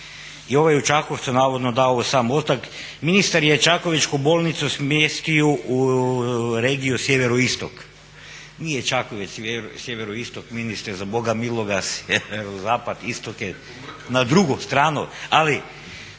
i ovaj je u Čakovcu navodno dao sam ostavku. Ministar je Čakovečku bolnicu smjestio u regiju sjeveroistok. Nije Čakovec sjeveroistok ministre za Boga miloga, sjeverozapad, istok je na drugu stranu. Ali